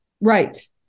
Right